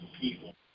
people